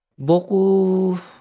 Boku